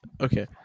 okay